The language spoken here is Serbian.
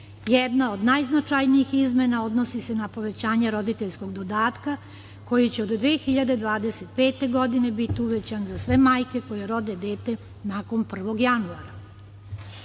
Jedna od najznačajnijih izmena odnosi se na povećanje roditeljskog dodatka koji će od 2025. godine biti uvećan sve majke koje rode dete nakon 1. januara. Ovo